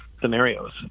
scenarios